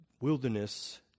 Wilderness